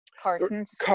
cartons